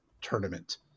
tournament